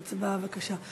הצבעה, בבקשה.